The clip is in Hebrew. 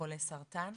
חולי סרטן.